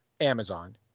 Amazon